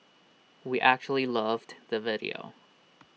we actually loved the video